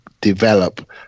develop